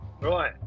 Right